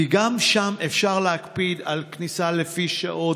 כי גם שם אפשר להקפיד על כניסה לפי שעות,